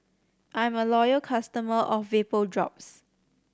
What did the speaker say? I'm a loyal customer of Vapodrops